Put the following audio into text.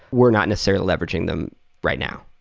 we're not necessary leveraging them right now